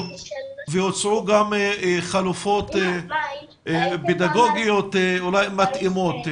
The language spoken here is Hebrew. והוצעו גם חלופות פדגוגיות אולי מתאימות.